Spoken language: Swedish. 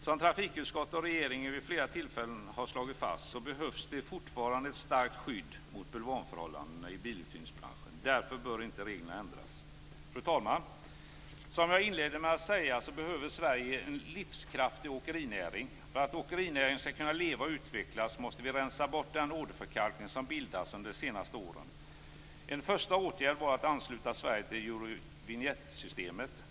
Som trafikutskottet och regeringen vid flera tillfällen har slagit fast behövs det fortfarande ett starkt skydd mot bulvanförhållandena i biluthyrningsbranschen. Därför bör inte reglerna ändras. Fru talman! Som jag inledde med att säga behöver Sverige en livskraftig åkerinäring. För att åkerinäringen skall kunna leva och utvecklas måste vi rensa bort den åderförkalkning som bildats under de senaste åren. En första åtgärd var att ansluta Sverige till Eurovinjettsystemet.